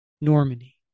Normandy